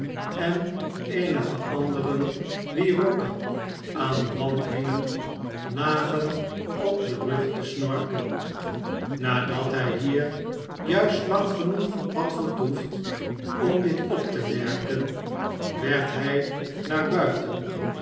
en eenige anderen wier rokken aan den wand hingen lagen op den rug te snorken nadat hij hier juist lang genoeg had vertoefd om dit op te merken werd hij naar buiten